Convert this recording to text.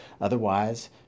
Otherwise